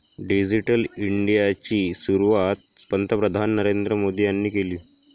digital इंडियाची सुरुवात पंतप्रधान नरेंद्र मोदी यांनी केली